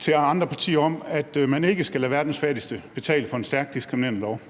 til andre partier om, at man ikke skal lade verdens fattigste betale for en stærkt diskriminerende lov.